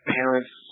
parents